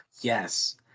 Yes